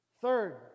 Third